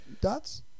dots